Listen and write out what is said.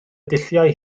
dulliau